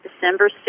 December